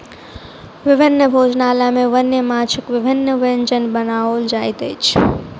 विभिन्न भोजनालय में वन्य माँछक विभिन्न व्यंजन बनाओल जाइत अछि